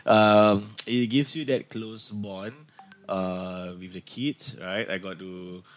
um it it gives you that close bond uh with the kid I got to